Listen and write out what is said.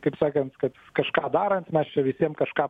kaip sakant kad kažką darant mes čia visiem kažką